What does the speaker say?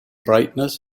brightness